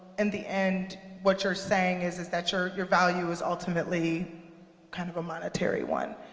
and the end, what you're saying is is that your your value is ultimately kind of a monetary one.